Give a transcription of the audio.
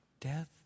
death